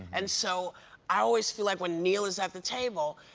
and so i always feel like when neal is at the table,